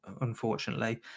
Unfortunately